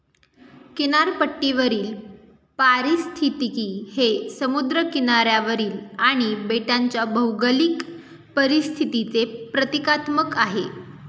किनारपट्टीवरील पारिस्थितिकी हे समुद्र किनाऱ्यावरील आणि बेटांच्या भौगोलिक परिस्थितीचे प्रतीकात्मक आहे